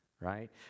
right